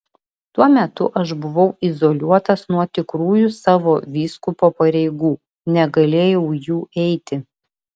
tuo metu aš buvau izoliuotas nuo tikrųjų savo vyskupo pareigų negalėjau jų eiti